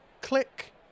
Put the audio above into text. click